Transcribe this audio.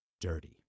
dirty